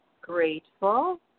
grateful